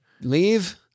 leave